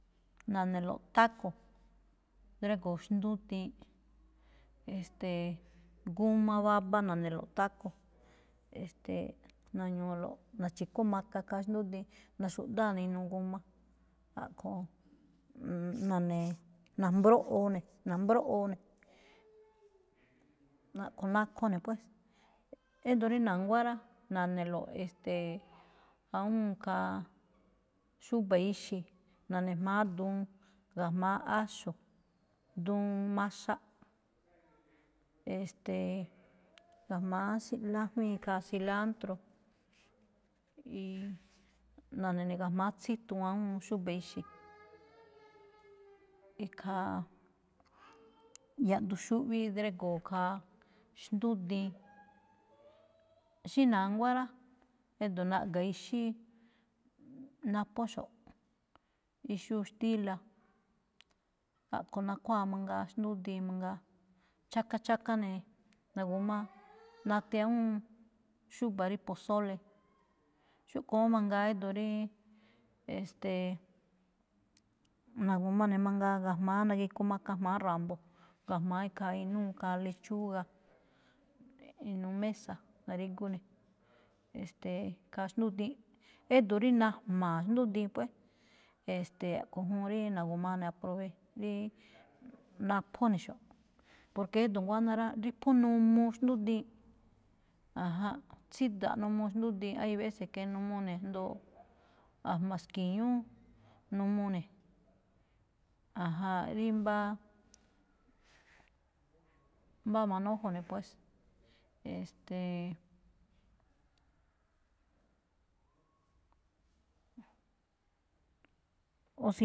Na̱ne̱lo̱ taco drégo̱o̱ xndúdiin, e̱ste̱e̱, g a waba na̱ne̱lo̱ꞌ taco, e̱ste̱e̱, na̱ñu̱u̱lo̱ꞌ, na̱chi̱kú maka khaa xndúdiin, na̱xu̱ꞌdáa ne̱ inuu g a, a̱ꞌkho̱o̱n na̱ne̱, na̱mbróꞌoo ne̱-na̱mbóꞌoo ne̱, a̱ꞌkho̱ nakho ne̱ pues. édo̱ rí na̱nguá rá, na̱ne̱lo̱ꞌ e̱ste̱e̱, awúun khaa xúba̱ ixe̱, na̱ne̱ jma̱á duun, ga̱jma̱á áxo̱, duun maxaꞌ, e̱ste̱e̱, ga̱jma̱á cilan- lájwíin khaa cilantro, y na̱ne̱ ga̱jma̱á tsítuun awúun xúbe̱ ixe̱, ikhaa yaꞌduun xuꞌví drégo̱o̱ khaa xndúdiin. xí na̱nguá rá, édo̱ naꞌga̱ ixí, naphóxo̱ꞌ, ixúu xtíla̱, a̱ꞌkho̱ nakhuáa mangaa xndúdiin mangaa, chaka, chaka ne̱ na̱gu̱ma nate awúun xúba̱ rí pozole. Xúꞌkho̱ má mangaa édo̱ ríí, e̱ste̱e̱, na̱gu̱ma ne̱ mangaa ga̱jma̱á nagikoo maka ga̱jma̱á ra̱mbo̱, ga̱jma̱á khaa inúu ikhaa lechuga. Inuu mesa na̱rigu ne̱, e̱ste̱e̱, khaa xndúdiin. Édo̱ rí najma̱a̱ xndúdiin pues, e̱ste̱e̱, a̱ꞌkho̱ juun rí na̱gu̱maa ne̱ aprove rí naphó ne̱ xo̱ꞌ, porque édo̱ nguáná rá, rí phú n uu xndúdiin, ajánꞌ, tsída̱ꞌ n uu xndiin. Hay veces que n uu ne̱ jndo a̱jma̱ ski̱ñú n uu ne̱, ajánꞌ, rí mbá-mbá manojo ne̱ pues, e̱ste̱e̱, o si.